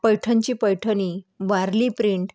पैठणची Paithani Warli print